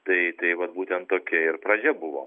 tai tai vat būtent tokia ir pradžia buvo